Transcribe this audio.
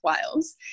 Wales